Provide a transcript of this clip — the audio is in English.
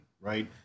right